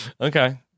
okay